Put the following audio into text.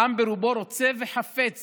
העם ברובו רוצה וחפץ